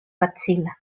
facila